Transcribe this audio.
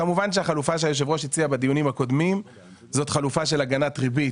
כמובן שהחלופה שיושב הראש הציע בדיונים הקודמים זאת חלופה של הגנת ריבית